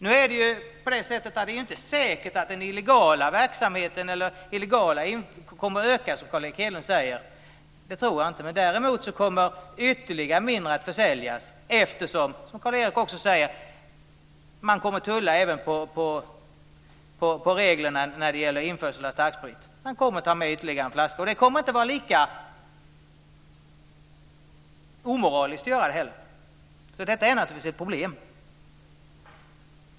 Nu är det inte säkert att den illegala verksamheten kommer att öka. Det var Carl Erik Hedlund inne på. Det tror jag inte. Däremot kommer ytterligare mindre att försäljas eftersom, som Carl Erik också säger, man kommer att tulla även på reglerna när det gäller införsel av starksprit. Man kommer att ta med ytterligare en flaska. Och det kommer inte att var lika omoraliskt att göra det heller. Detta är naturligtvis ett problem.